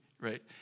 right